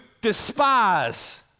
despise